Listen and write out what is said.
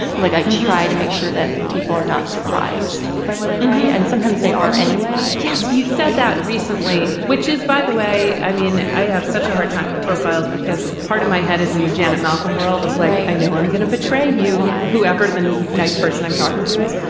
like i try to make sure that people are not surprised by what i write and sometimes they are anyway jess, you said that recently, which is by the way, i mean, i have such a hard time with profiles because part of my head is in the janet malcolm world of work. i know i'm gonna betray you. whoever the nice person, i'm talking to us,